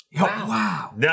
wow